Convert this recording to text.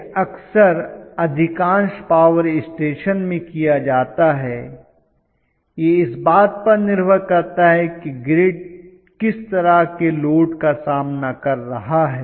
यह अक्सर अधिकांश पावर स्टेशन में किया जाता है यह इस बात पर निर्भर करता है कि ग्रिड किस तरह के लोड का सामना कर रहा है